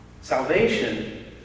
Salvation